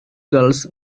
girls